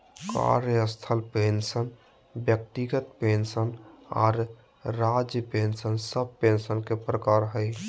कार्यस्थल पेंशन व्यक्तिगत पेंशन आर राज्य पेंशन सब पेंशन के प्रकार हय